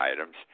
items